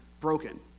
broken